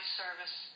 service